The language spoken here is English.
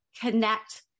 connect